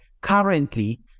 currently